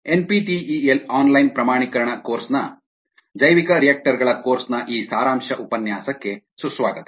NPTEL online ಪ್ರಮಾಣೀಕರಣ ಕೋರ್ಸ್ನ ಜೈವಿಕರಿಯಾಕ್ಟರ್ ಗಳ ಕೋರ್ಸ್ನ ಈ ಸಾರಾಂಶ ಉಪನ್ಯಾಸಕ್ಕೆ ಸುಸ್ವಾಗತ